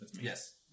yes